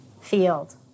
field